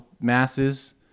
masses